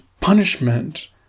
punishment